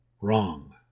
wrong